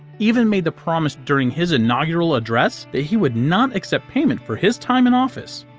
even made the promise during his inaugural address that he would not accept payment for his time in office.